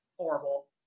horrible